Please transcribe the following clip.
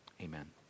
Amen